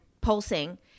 pulsing